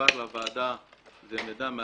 שהועבר לוועדה הוא מידע מ-2017,